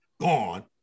gone